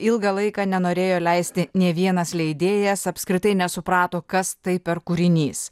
ilgą laiką nenorėjo leisti ne vienas leidėjas apskritai nesuprato kas tai per kūrinys